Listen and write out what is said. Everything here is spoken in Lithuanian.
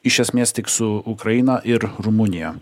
iš esmės tik su ukraina ir rumunija